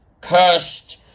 Cursed